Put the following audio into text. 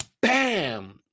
bam